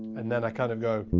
and then, i kind of go.